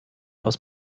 aus